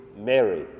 Mary